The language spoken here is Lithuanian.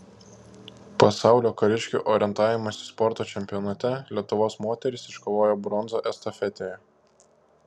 pasaulio kariškių orientavimosi sporto čempionate lietuvos moterys iškovojo bronzą estafetėje